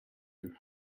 your